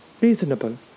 Reasonable